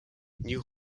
new